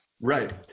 Right